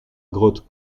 grotte